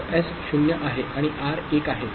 तर एस 0 आहे आणि आर 1 आहे